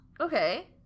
okay